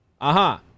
Aha